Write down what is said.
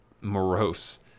morose